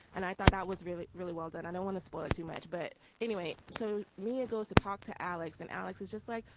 and i thought that was really, really well done. i don't want to spoil it too much. but anyway. so mia goes to talk to alex. and alex is just like,